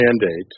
mandate